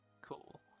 Cool